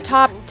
Top